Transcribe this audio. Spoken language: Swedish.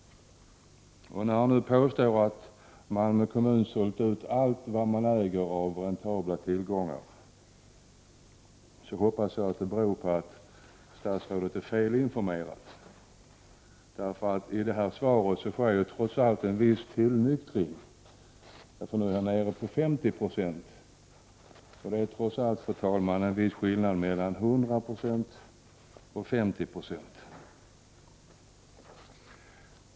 När han nu påstår att Malmö kommun sålt ut allt vad man äger av räntabla tillgångar hoppas jag att det beror på att statsrådet är felinformerad. I detta svar sker det trots allt en viss tillnyktring, och han är nu nere på 50 90. Det är en viss skillnad mellan 100 96 och 50 96.